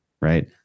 right